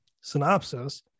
Synopsis